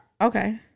Okay